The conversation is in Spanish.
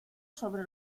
sobre